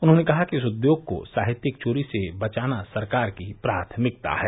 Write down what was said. उन्होंने कहा कि इस उद्योग को साहित्यिक चोरी से बचाना सरकार की प्राथमिकता है